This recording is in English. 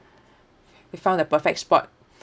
we found the perfect spot